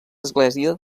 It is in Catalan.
església